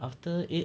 after eight